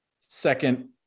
second